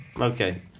Okay